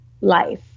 life